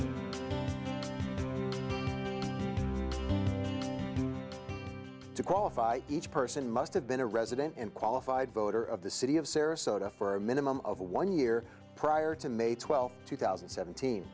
to qualify each person must have been a resident and qualified voter of the city of sarasota for a minimum of one year prior to may twelfth two thousand and seventeen